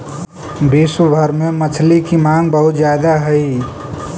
विश्व भर में मछली की मांग बहुत ज्यादा हई